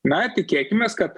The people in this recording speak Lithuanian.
na tikėkimės kad